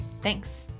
Thanks